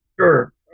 Sure